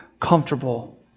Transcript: comfortable